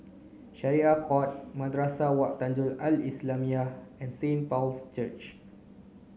Syariah Court Madrasah Wak Tanjong Al Islamiah and Saint Paul's Church